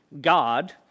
God